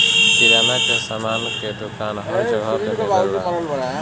किराना के सामान के दुकान हर जगह पे मिलेला